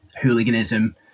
hooliganism